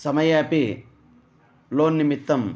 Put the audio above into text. समये अपि लोन् निमित्तं